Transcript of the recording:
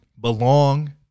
belong